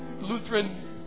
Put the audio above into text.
Lutheran